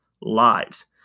lives